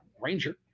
Ranger